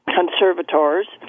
conservators